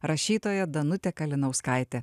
rašytoja danutė kalinauskaitė